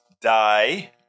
die